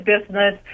business